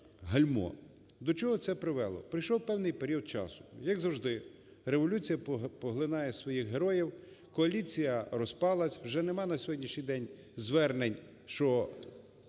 До чого це привело? Пройшов певний період часу, як завжди, революція поглинає своїх героїв – коаліція розпалася, вже нема на сьогоднішній день звернень, що